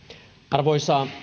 arvoisa